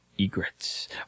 egrets